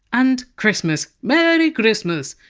and christmas! merry christmas.